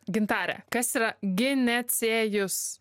gintare kas yra ginesėjus